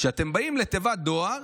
שאתם באים לתיבת הדואר